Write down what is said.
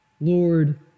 Lord